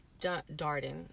darden